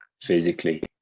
physically